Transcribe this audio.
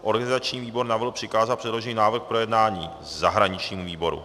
Organizační výbor navrhl přikázat předložený návrh k projednání zahraničnímu výboru.